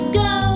go